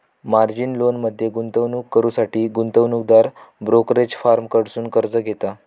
margin लोनमध्ये गुंतवणूक करुसाठी गुंतवणूकदार ब्रोकरेज फर्म कडसुन कर्ज घेता